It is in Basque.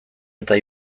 eta